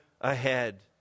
ahead